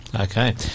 Okay